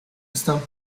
wstał